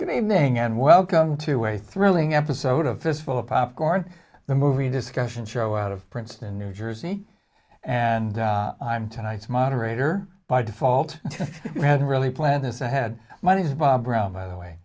good evening and welcome to a thrilling episode a fistful of popcorn the movie discussion show out of princeton new jersey and i'm tonight's moderator by default i hadn't really planned this i had mine is bob brown by the way